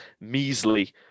measly